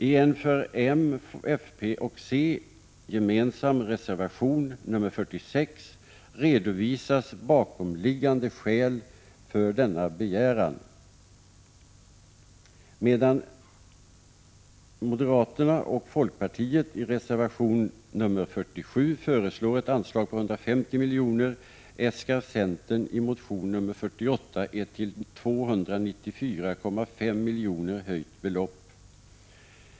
I en för moderaterna, folkpartiet och centern gemensam reservation nr 46 redovisas bakomliggande skäl för denna begäran. Medan moderaterna och folkpartiet i reservation nr 47 föreslår ett anslag på 150 miljoner, äskar centern i motion nr 48 ett till 294,5 miljoner höjt belopp.